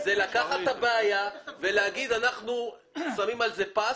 זה לקחת את הבעיה ולהגיד: אנחנו שמים על זה פס,